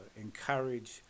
encourage